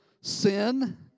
sin